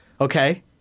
Okay